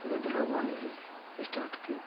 वृद्ध लोगों ने ही स्टार्ट की